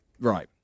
Right